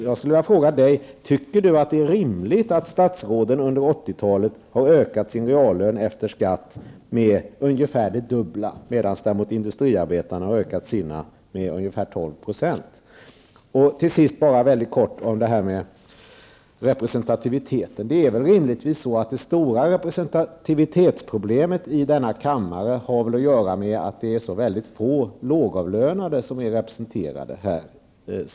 Jag skulle vilja fråga Kurt Ove Johansson: Är det rimligt att statsråden under 80-talet har fördubblat sin reallön efter skatt, medan däremot industriarbetarna har ökat sina reallöner med ungefär 12 %? Sedan något kort om representantiviteten. Det är väl rimligtvis så att det stora representativitetsproblemet i denna kammare är att så väldigt få lågavlönade är representerade.